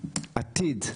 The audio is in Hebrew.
העתיד,